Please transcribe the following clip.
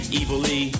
evilly